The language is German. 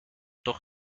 doch